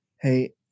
hey